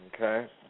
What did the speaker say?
okay